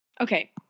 Okay